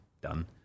done